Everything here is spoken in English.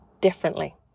differently